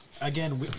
again